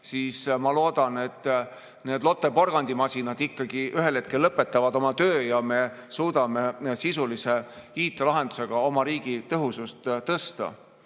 siis ma loodan, et need Lotte porgandimasinad ühel hetkel ikkagi lõpetavad oma töö ja me suudame sisulise IT-lahendusega oma riigi tõhusust tõsta.